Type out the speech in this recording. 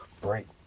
break